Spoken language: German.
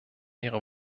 ihrer